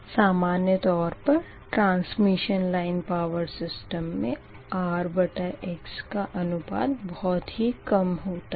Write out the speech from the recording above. सामान्य तौर पर ट्रांसमिशन लाइन पावर सिस्टम में R बटा X का अनुपात बहुत ही कम होता है